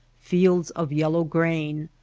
fields of yellow grain,